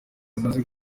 yamaze